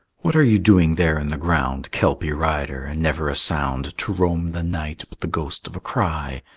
what are you doing there in the ground, kelpie rider, and never a sound to roam the night but the ghost of a cry?